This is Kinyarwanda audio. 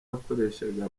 yakoreshaga